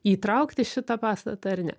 įtraukti šitą pastatą ar ne